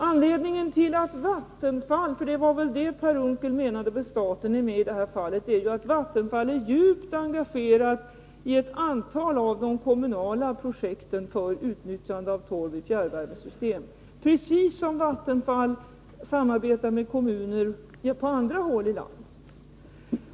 Anledningen till att Vattenfall — för det var väl Vattenfall Per Unckel menade med ”staten” — är med i det här fallet är att Vattenfall är djupt engagerat i ett antal av de kommunala projekten för utnyttjande av torv i fjärrvärmesystem på samma sätt som Vattenfall samarbetar med kommuner på andra håll i landet.